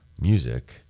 music